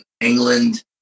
england